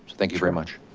thank you very much.